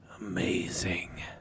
amazing